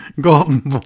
Golden